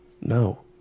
No